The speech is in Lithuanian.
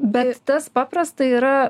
bet tas paprastai yra